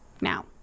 Now